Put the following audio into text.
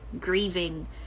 grieving